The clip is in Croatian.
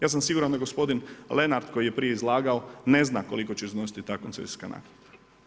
Ja sam siguran da gospodin Lenart koji je prije izlagao ne zna koliko će iznositi ta koncesijska naknada.